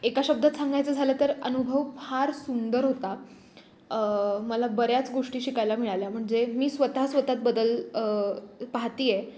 एका शब्दात सांगायचं झालं तर अनुभव फार सुंदर होता मला बऱ्याच गोष्टी शिकायला मिळाल्या म्हणजे मी स्वतः स्वत त बदल पाहतीये